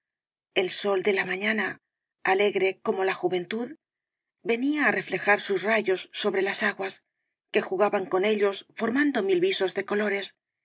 el sol de la mañana alegre como la juventud venía á reflejar sus rayos sobre las aguas que jugaban con ellos formando mil visos de colores